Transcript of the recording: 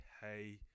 Hey